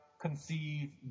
conceive